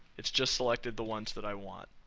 it's just selected the ones that i want.